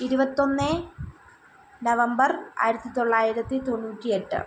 ഇരുപത്തൊന്ന് നവമ്പർ ആയിരത്തിത്തൊള്ളായിരത്തിതൊണ്ണൂറ്റി എട്ട്